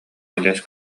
элэс